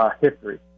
history